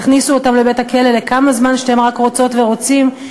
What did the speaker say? תכניסו אותם לבית-הכלא לכמה זמן שאתם רק רוצות ורוצים,